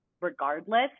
regardless